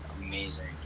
amazing